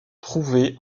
trouvée